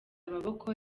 amaboko